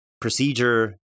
procedure